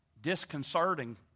disconcerting